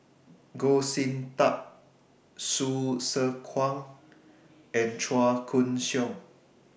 Goh Sin Tub Hsu Tse Kwang and Chua Koon Siong